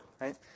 right